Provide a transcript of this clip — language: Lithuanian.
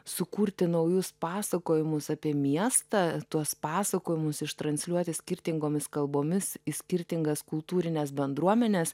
sukurti naujus pasakojimus apie miestą tuos pasakojimus ištransliuoti skirtingomis kalbomis į skirtingas kultūrines bendruomenes